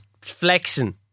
flexing